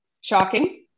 shocking